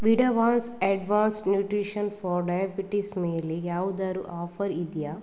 ವೀಡಾವಾನ್ಸ್ advance nutrition for diabetes ಮೇಲೆ ಯಾವ್ದಾದ್ರು offer ಇದೆಯಾ